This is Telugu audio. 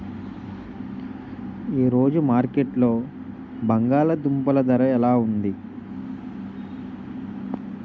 ఈ రోజు మార్కెట్లో బంగాళ దుంపలు ధర ఎలా ఉంది?